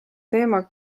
teema